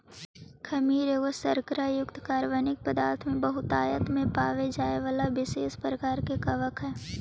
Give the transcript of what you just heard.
खमीर एगो शर्करा युक्त कार्बनिक पदार्थ में बहुतायत में पाबे जाए बला विशेष प्रकार के कवक हई